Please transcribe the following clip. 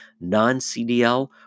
non-CDL